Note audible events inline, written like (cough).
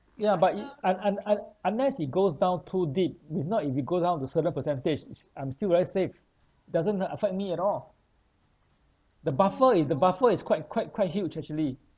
ya but it un~ un~ un~ unless it goes down too deep if not if it go down to certain percentage (noise) I'm still very safe doesn't a~ affect me at all the buffer i~ the buffer is quite quite quite huge actually